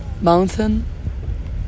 mountain